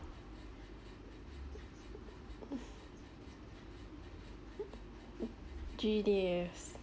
G_D_Fs